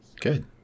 Good